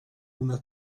una